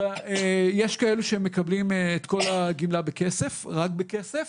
יש כאלה שמקבלים את כל הגמלה בכסף, רק בכסף,